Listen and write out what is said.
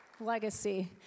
legacy